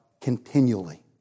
continually